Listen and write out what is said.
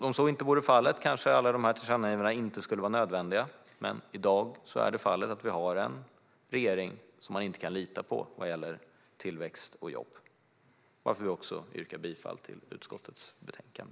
Om så vore fallet kanske alla dessa tillkännagivanden inte skulle vara nödvändiga, men i dag är fallet att vi har en regering som man inte kan lita på vad gäller tillväxt och jobb. Därför yrkar vi bifall till utskottets förslag.